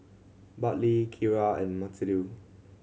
Bartley Kira and Matilde